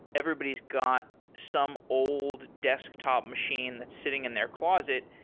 everybody's got some old desktop machine that's sitting in their closet.